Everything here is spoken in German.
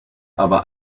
aber